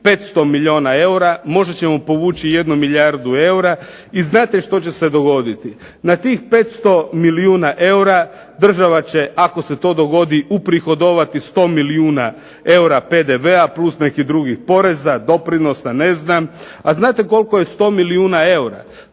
500 milijuna eura, možda ćemo povući 1 milijardu eura. I znate što će se dogoditi? Na tih 500 milijuna eura država će ako se to dogodi uprihodovati 100 milijuna eura PDV-a plus nekih drugih poreza, doprinosa, ne znam. A znate koliko je 100 milijuna eura?